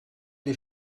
des